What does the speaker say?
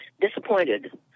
disappointed